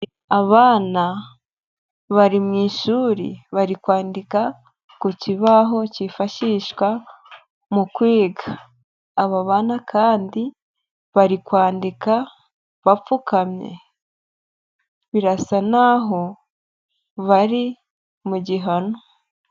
Abana bari mu ishuri bari kwandika ku kibaho cyifashishwa mu kwiga. Abo bana kandi bari kwandika bapfukamye birasa naho bari mu gihano.